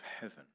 heaven